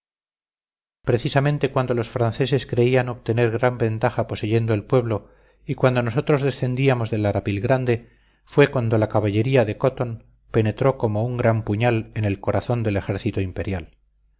precisamente cuando los franceses creían obtener gran ventaja poseyendo el pueblo y cuando nosotros descendíamos del arapil grande fue cuando la caballería de cotton penetró como un gran puñal en el corazón del ejército imperial